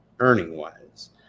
earning-wise